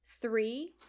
Three